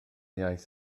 iaith